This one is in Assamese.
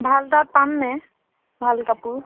ভাল তাত পামনে ভাল কাপোৰ